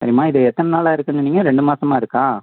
சரிம்மா இது எத்தனை நாளாக இருக்குதுன்னு சொன்னீங்க ரெண்டு மாசமாக இருக்கா